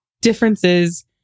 differences